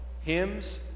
hymns